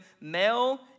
male